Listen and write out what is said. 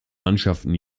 mannschaften